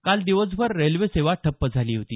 काल दिवसभर रेल्वेसेवा ठप्प झाली होती